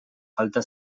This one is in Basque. falta